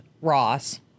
Ross